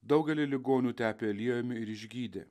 daugelį ligonių tepė aliejumi ir išgydė